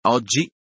Oggi